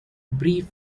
brief